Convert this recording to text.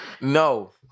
No